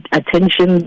attention